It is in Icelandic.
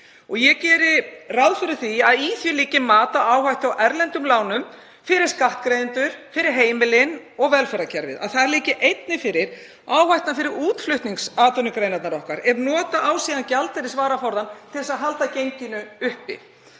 Ég geri ráð fyrir því að í því liggi mat á áhættu á erlendum lánum fyrir skattgreiðendur, fyrir heimilin og velferðarkerfið og að þar liggi einnig fyrir áhættan fyrir útflutningsatvinnugreinar okkar ef síðan á að nota gjaldeyrisvaraforðann til að halda genginu uppi.